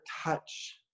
touch